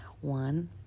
One